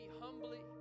humbly